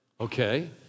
Okay